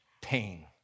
pain